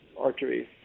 arteries